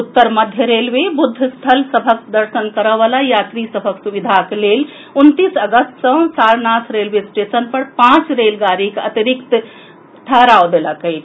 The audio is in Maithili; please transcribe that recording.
उत्तर मध्य रेलवे ब्रद्ध स्थल सभक दर्शन करय वला यात्री सभक सुविधाक लेल उनतीस अगस्त सँ सारनाथ रेलवे स्टेशन पर पांच रेलगाड़ीक अतिरिक्त ठहराव देलक अछि